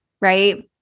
right